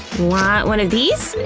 want one of these?